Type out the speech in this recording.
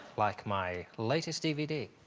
like my latest dvd,